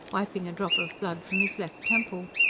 wiping a drop of blood from his left temple.